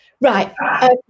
right